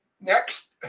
next